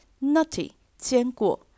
Nutty,坚果